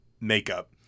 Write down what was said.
makeup